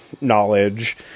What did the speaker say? knowledge